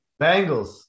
Bengals